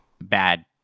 bad